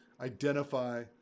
identify